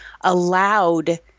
allowed